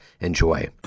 Enjoy